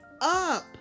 up